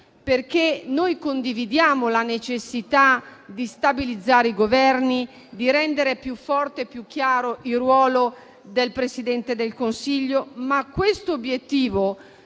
perché condividiamo la necessità di stabilizzare i Governi e di rendere più forte e chiaro il ruolo del Presidente del Consiglio, ma quest'obiettivo